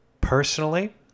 personally